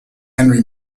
henry